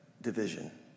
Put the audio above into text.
division